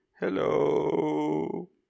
Hello